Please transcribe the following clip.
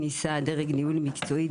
במקצועות